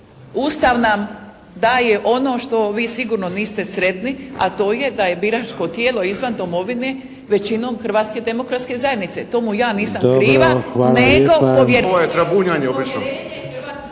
Ustav nam daje ono što vi sigurno niste sretni, a to je da je biračko tijelo izvan domovine većinom Hrvatske demokratske zajednice. Tomu ja nisam kriva ……